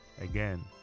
Again